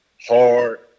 hard